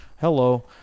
Hello